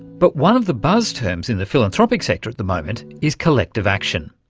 but one of the buzz terms in the philanthropic sector at the moment is collective action.